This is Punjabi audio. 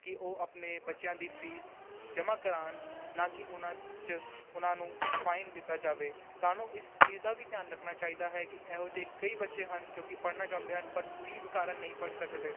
ਕਿ ਉਹ ਆਪਣੇ ਬੱਚਿਆਂ ਦੀ ਫੀਸ ਜਮ੍ਹਾ ਕਰਾਉਣ ਨਾ ਕਿ ਉਹਨਾਂ ਤ 'ਚ ਉਹਨਾਂ ਨੂੰ ਫਾਈਨ ਦਿੱਤਾ ਜਾਵੇ ਸਾਨੂੰ ਇਸ ਚੀਜ਼ ਦਾ ਵੀ ਧਿਆਨ ਰੱਖਣਾ ਚਾਹੀਦਾ ਹੈ ਕਿ ਇਹੋ ਜਿਹੇ ਕਈ ਬੱਚੇ ਹਨ ਜੋ ਕਿ ਪੜ੍ਹਨਾ ਚਾਹੁੰਦੇ ਹਨ ਪਰ ਫੀਸ ਕਾਰਨ ਨਹੀਂ ਪੜ੍ਹ ਸਕਦੇ